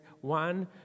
one